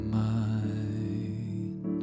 mind